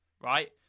right